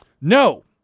No